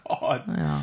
God